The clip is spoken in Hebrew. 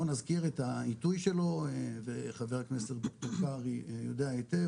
נזכיר את העיתוי שלו וחבר הכנסת קרעי יודע היטב,